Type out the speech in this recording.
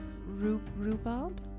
rhubarb